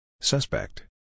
Suspect